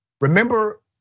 Remember